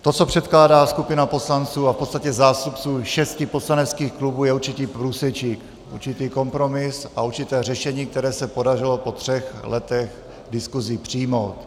To, co předkládá skupina poslanců a v podstatě zástupců šesti poslaneckých klubů, je určitý průsečík, určitý kompromis a určité řešení, které se podařilo po třech letech diskuzí přijmout.